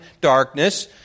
darkness